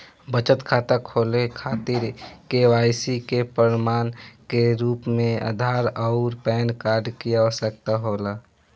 बचत खाता खोले खातिर के.वाइ.सी के प्रमाण के रूप में आधार आउर पैन कार्ड की आवश्यकता होला